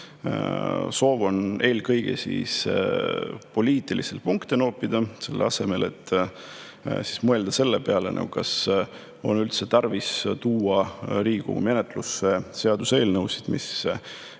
soov on eelkõige poliitiliselt punkte noppida, selle asemel et mõelda selle peale, kas on üldse tarvis tuua Riigikogu menetlusse seaduseelnõusid, mis juba